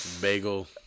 Bagel